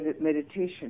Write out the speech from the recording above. meditation